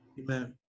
Amen